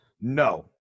No